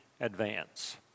advance